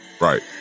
Right